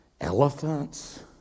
elephants